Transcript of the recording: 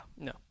No